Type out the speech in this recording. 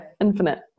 infinite